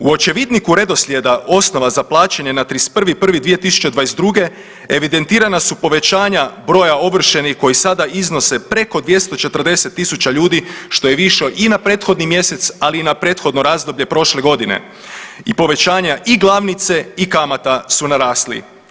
U očevidniku redoslijeda osnova za plaćanje na 31.1.2022. evidentirana su povećanja broja ovršenih koji sada iznose preko 240 000 ljudi što je više i na prethodni mjesec, ali i na prethodno razdoblje prošle godine i povećanja i glavnice i kamata su narasli.